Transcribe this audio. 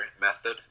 method